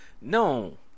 No